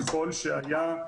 ככל שהיה,